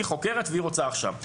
היא חוקרת והיא רוצה עכשיו.